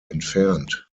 entfernt